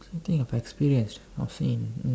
something I've experienced or seen